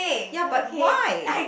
ya but why